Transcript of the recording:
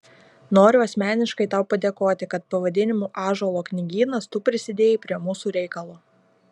noriu asmeniškai tau padėkoti kad pavadinimu ąžuolo knygynas tu prisidėjai prie mūsų reikalo